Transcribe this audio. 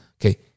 Okay